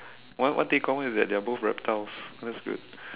one one thing in common is that they are both reptiles that is good